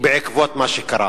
בעקבות מה שקרה.